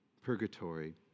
purgatory